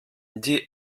die